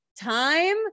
time